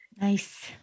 Nice